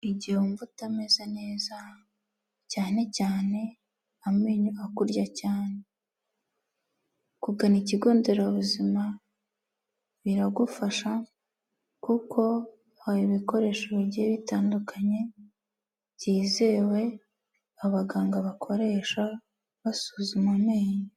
Igihe wumva utameze neza cyane cyane amenyo akurya cyane, kugana ikigonderabuzima biragufasha, kuko hari ibikoresho bigiye bitandukanye byizewe abaganga bakoresha basuzuma amenyo.